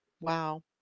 Wow